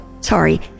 sorry